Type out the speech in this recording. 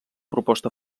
proposta